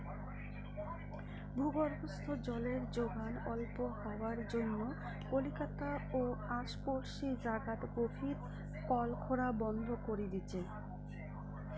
ভূগর্ভস্থ জলের যোগন অল্প হবার জইন্যে কলিকাতা ও আশপরশী জাগাত গভীর কল খোরা বন্ধ করি দিচে